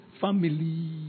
family